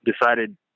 decided